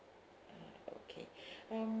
uh okay um